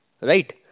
Right